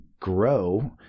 grow